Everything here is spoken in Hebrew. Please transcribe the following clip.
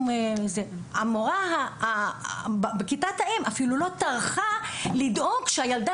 המורה בכיתת האם אפילו לא טרחה לדאוג שהילדה